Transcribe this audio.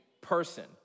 person